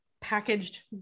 packaged